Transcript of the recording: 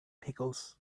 pickles